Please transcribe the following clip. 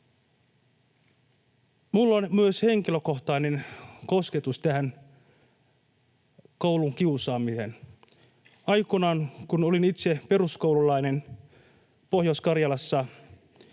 Minulla on myös henkilökohtainen kosketus koulukiusaamiseen. Aikoinaan kun olin itse peruskoululainen Pohjois-Karjalassa